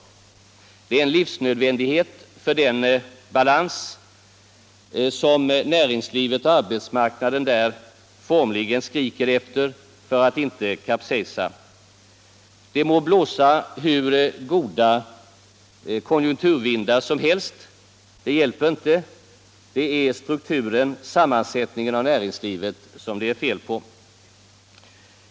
Det är en livsnödvändighet för den balans som näringslivet och arbetsmarknaden där formligen skriker efter för Allmänpolitisk debatt Allmänpolitisk debatt att inte kapscjsa. Det må blåsa hur goda konjunkturvindar som helst, det hjälper inte. Det är strukturen, sammansättningen av näringslivet, som det är fel på.